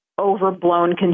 overblown